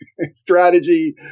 strategy